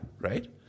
Right